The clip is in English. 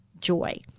Joy